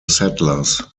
settlers